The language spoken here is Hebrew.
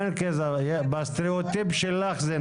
זה נמצא רק בסטריאוטיפ שלך.